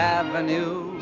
avenue